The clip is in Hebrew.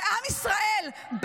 לעם ישראל,